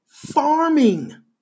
farming